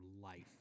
life